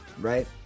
right